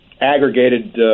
aggregated